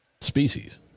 species